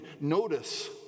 notice